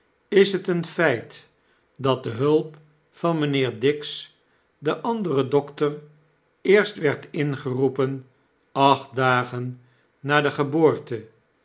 is het een feit dat de hulp van mynheer dix den anderen dokter eerst werd ingeroepen acht dagen na de geboorte